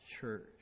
church